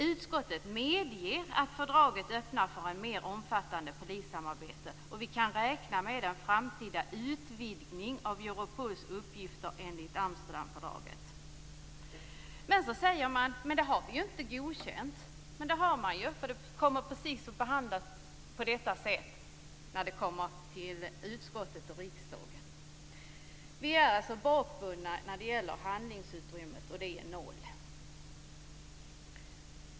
Utskottet medger att fördraget öppnar för ett mer omfattande polissamarbete, och vi kan räkna med en framtida utvidgning av Europols uppgifter enligt Sedan säger man: Det har vi inte godkänt. Men det har man ju, för det kommer att behandlas just på nämnda sätt när det kommer till utskottet och riksdagen. Vi är alltså bakbundna när det gäller handlingsutrymmet, vilket är lika med noll.